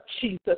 Jesus